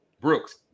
Brooks